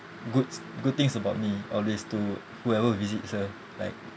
goods good things about me always to whoever who visits her like